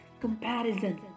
comparison